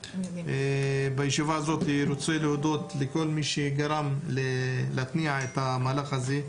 אני בישיבה הזאת רוצה להודות לכל מי שגרם להתניע את המהלך הזה.